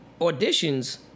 auditions